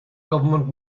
government